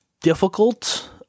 difficult